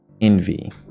envy